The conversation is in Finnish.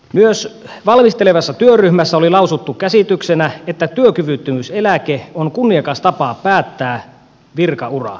myös valmistelevassa työryhmässä oli lausuttu käsityksenä että työkyvyttömyyseläke on kunniakas tapa päättää virkaura